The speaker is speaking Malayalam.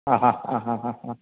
ആ ഹാ ആ ഹാ ഹാ ഹാ